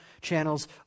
channels